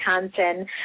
Wisconsin